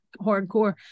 hardcore